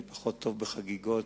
אני פחות טוב בחגיגות,